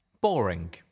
Boring